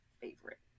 favorite